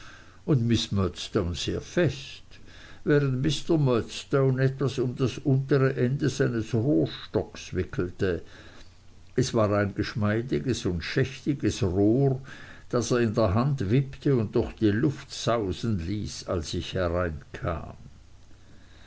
und miß murdstone sehr fest während mr murdstone etwas um das untere ende eines rohrstockes wickelte es war ein geschmeidiges und schmächtiges rohr das er in der hand wippte und durch die luft sausen ließ als ich hereinkam